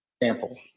example